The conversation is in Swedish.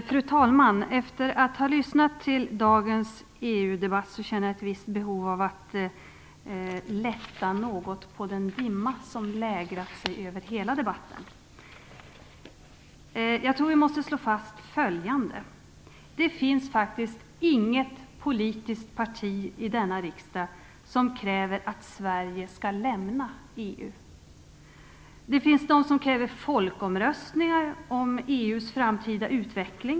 Fru talman! Efter att ha lyssnat på dagens EU debatt, känner jag ett visst behov av att lätta något på den dimma som lägrat sig över hela debatten. Jag tror att vi måste slå fast följande: Det finns faktiskt inget politiskt parti i denna riksdag som kräver att Sverige skall lämna EU. Det finns de som kräver folkomröstningar om EU:s framtida utveckling.